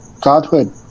Godhood